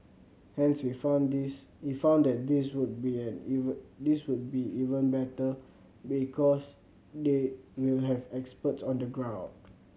hence we found this we found that this will be an even this will be even better because they will have experts on the ground